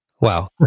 Wow